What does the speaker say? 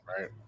right